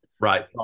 right